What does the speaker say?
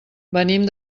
venim